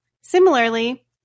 Similarly